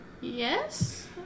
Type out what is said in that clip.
Yes